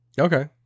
Okay